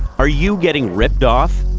are you getting ripped off?